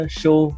show